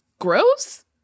gross